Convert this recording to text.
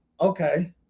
Okay